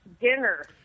dinner